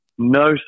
No